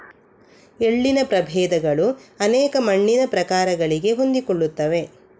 ಎಳ್ಳಿನ ಪ್ರಭೇದಗಳು ಅನೇಕ ಮಣ್ಣಿನ ಪ್ರಕಾರಗಳಿಗೆ ಹೊಂದಿಕೊಳ್ಳುತ್ತವೆ